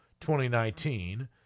2019